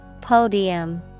Podium